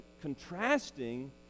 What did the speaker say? contrasting